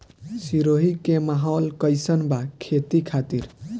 सिरोही के माहौल कईसन बा खेती खातिर?